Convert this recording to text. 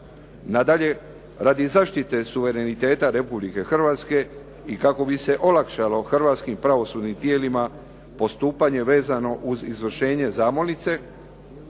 Nadalje, radi zaštite suvereniteta Republike Hrvatske i kako bi se olakšalo hrvatskim pravosudnim tijelima postupanje vezano uz izvršenje zamolnice